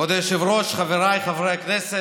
כבוד היושב-ראש, חבריי חברי הכנסת,